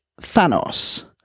Thanos